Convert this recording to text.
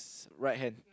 right hand